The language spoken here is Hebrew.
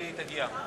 והיא תגיע,